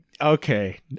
Okay